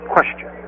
Question